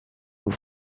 eaux